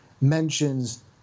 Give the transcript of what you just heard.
mentions